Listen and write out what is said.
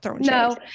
no